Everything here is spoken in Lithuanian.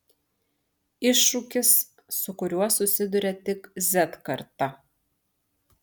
iššūkis su kuriuo susiduria tik z karta